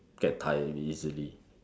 get tired easily